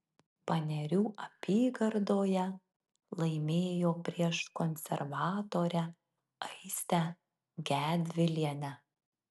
panerių apygardoje laimėjo prieš konservatorę aistę gedvilienę